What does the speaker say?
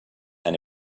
and